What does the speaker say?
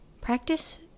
Practice